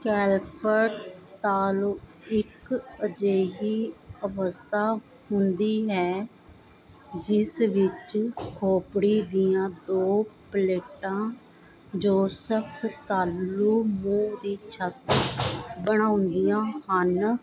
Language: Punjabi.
ਕੈਲਫਟ ਤਾਲੂ ਇੱਕ ਅਜਿਹੀ ਅਵਸਥਾ ਹੁੰਦੀ ਹੈ ਜਿਸ ਵਿੱਚ ਖੋਪੜੀ ਦੀਆਂ ਦੋ ਪਲੇਟਾਂ ਜੋ ਸਖਤ ਤਾਲੂ ਮੂੰਹ ਦੀ ਛੱਤ ਬਣਾਉਂਦੀਆਂ ਹਨ